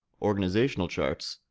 organizational charts,